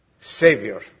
Savior